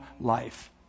life